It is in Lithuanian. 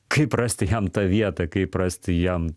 kaip rasti jam tą vietą kaip rasti jam